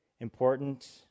important